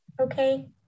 Okay